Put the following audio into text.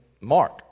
Mark